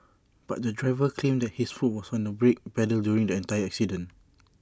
but the driver claimed that his foot was on the brake pedal during the entire accident